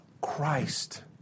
Christ